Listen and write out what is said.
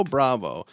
Bravo